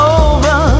over